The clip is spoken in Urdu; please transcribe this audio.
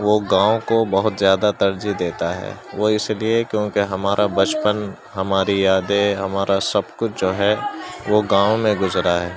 وہ گاؤں کو بہت زیادہ ترجیح دیتا ہے وہ اس لیے کیونکہ ہمارا بچپن ہماری یادیں ہمارا سب کچھ جو ہے وہ گاؤں میں گزرا ہے